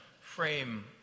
frame